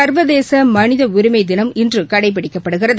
சர்வதேச மனித உரிமை தினம் இன்று கடைபிடிக்கப்படுகிறது